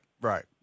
right